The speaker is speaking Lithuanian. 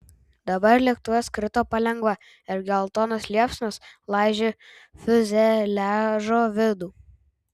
dabar lėktuvas krito palengva ir geltonos liepsnos laižė fiuzeliažo vidų